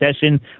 session